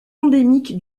endémique